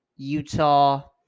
Utah